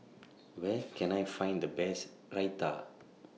Where Can I Find The Best Raita